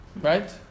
Right